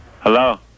Hello